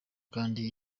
kandi